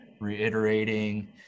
reiterating